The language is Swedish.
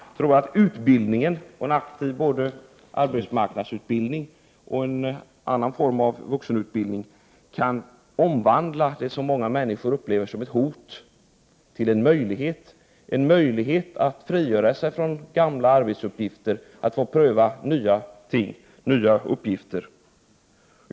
Jag tror att aktiv både arbetsmarknadsutbildning och annan form av vuxenutbildning kan omvandla det som många människor uppfattar som ett hot till en möjlighet att frigöra sig från gamla arbetsuppgifter och pröva nya.